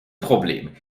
probleem